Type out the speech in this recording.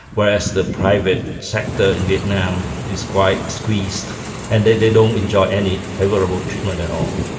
whereas the private sector in vietnam is quite squeezed and they they don't enjoy any favourable treatment at all.